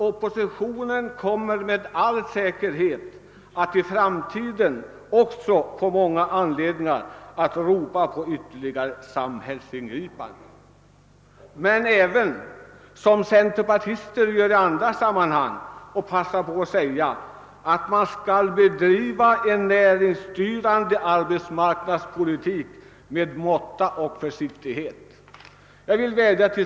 Oppositionen kommer med all sä kerhet, herr Stridsman, att i framtiden få många anledningar att ropa på ytterligare samhällsingripanden. I andra sammanhang brukar centerpartisterna också säga att vi skall bedriva en näringsstyrande arbetsmarknadspolitik med måtta och försiktighet.